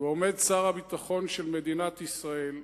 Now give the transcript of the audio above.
ועומד שר הביטחון של מדינת ישראל,